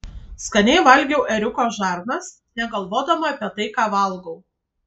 skaniai valgiau ėriuko žarnas negalvodama apie tai ką valgau